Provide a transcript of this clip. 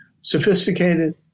sophisticated